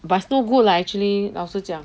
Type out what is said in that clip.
but it's no good lah actually 老实讲